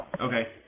Okay